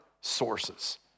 sources